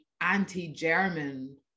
anti-german